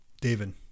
David